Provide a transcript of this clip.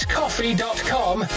coffee.com